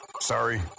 Sorry